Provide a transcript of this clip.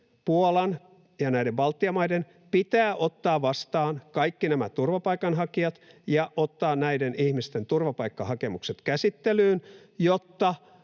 Puolan ja Baltian maiden pitää ottaa vastaan kaikki nämä turvapaikanhakijat ja ottaa näiden ihmisten turvapaikkahakemukset käsittelyyn, jotta